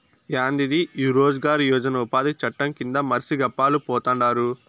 యాందిది ఈ రోజ్ గార్ యోజన ఉపాది చట్టం కింద మర్సి గప్పాలు పోతండారు